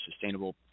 sustainable